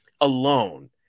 alone